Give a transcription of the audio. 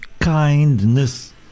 kindness